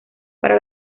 para